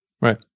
right